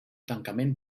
tancament